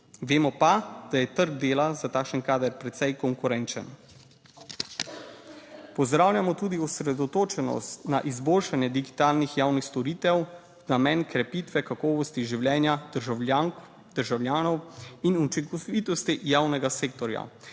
vemo pa, da je trg dela za takšen kader precej konkurenčen. Pozdravljamo tudi osredotočenost na izboljšanje digitalnih javnih storitev, namen krepitve kakovosti življenja državljank, državljanov in učinkovitosti javnega sektorja.